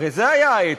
הרי זה היה האתוס: